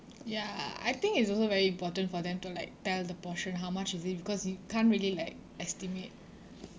ya I think it's also very important for them to like tell the portion how much is it because you can't really like estimate